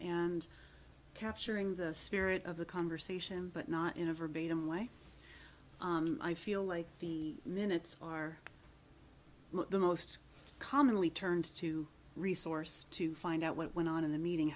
and capturing the spirit of the conversation but not in a verbatim way i feel like the minutes are the most commonly turned to resource to find out what went on in the meeting